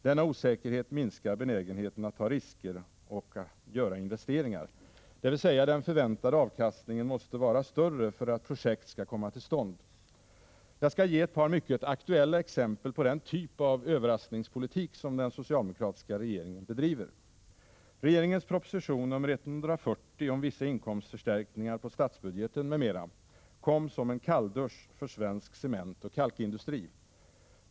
Denna osäkerhet minskar benägenheten att ta risker och göra investeringar, dvs. den förväntade avkastningen måste vara större för att projekt skall komma till stånd. Jag skall ge ett par mycket aktuella exempel på den typ av överraskningspolitik som den socialdemokratiska regeringen bedriver: Regeringens proposition nr 140 om vissa inkomstförstärkningar på statsbudgeten m.m. kom som en kalldusch för svensk cementoch kalkindustri.